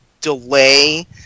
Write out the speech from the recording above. delay